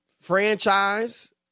franchise